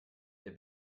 der